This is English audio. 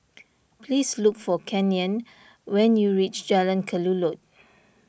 please look for Canyon when you reach Jalan Kelulut